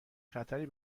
خطری